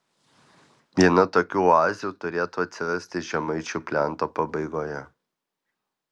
viena tokių oazių turėtų atsirasti žemaičių plento pabaigoje